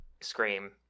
Scream